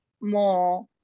more